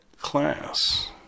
class